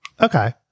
Okay